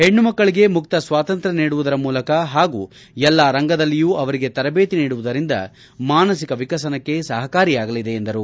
ಹೆಣ್ಣು ಮಕ್ಕಳಿಗೆ ಮುಕ್ತ ಸ್ವಾತಂತ್ರ್ ನೀಡುವುದರ ಮೂಲಕ ಹಾಗೂ ಎಲ್ಲ ರಂಗದಲ್ಲಿಯೂ ಅವರಿಗೆ ತರಬೇತಿ ನೀಡುವುದರಿಂದ ಮಾನಸಿಕ ವಿಕಸನಕ್ಕೆ ಸಹಕಾರಿಯಾಗಲಿದೆ ಎಂದರು